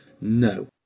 No